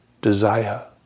desire